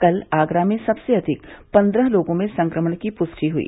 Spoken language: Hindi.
कल आगरा में सबसे अधिक पन्द्रह लोगों में संक्रमण की पुष्टि हुई